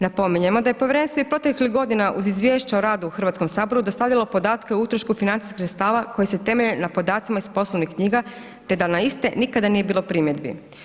Napominjemo da je povjerenstvo i proteklih godina iz izvješća o radu u HS-u dostavilo podatke o utrošku financijskih sredstava koji se temelje na podacima iz poslovnih knjiga te da na iste nikada nije bilo primjedbi.